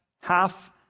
half